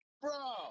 bro